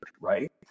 right